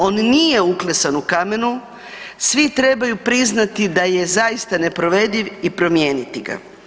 On nije uklesan u kamenu, svi trebaju priznati da je zaista neprovediv i promijeniti ga.